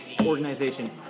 organization